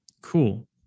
Cool